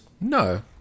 No